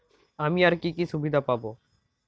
আমি আর কি কি সুবিধা পাব?